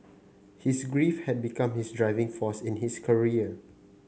his grief had become his driving force in his career